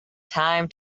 time